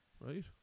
Right